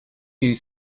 you